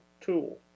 tool